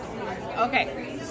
Okay